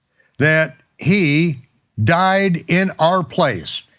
that he died in our place.